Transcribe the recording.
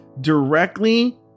directly